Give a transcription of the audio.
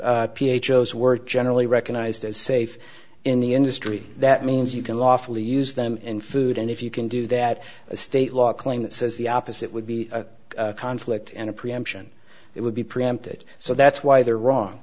is were generally recognized as safe in the industry that means you can lawfully use them in food and if you can do that a state law claim that says the opposite would be a conflict and a preemption it would be preempted so that's why they're wrong